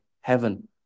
Heaven